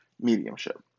mediumship